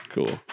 Cool